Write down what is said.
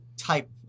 Type